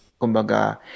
kumbaga